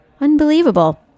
Unbelievable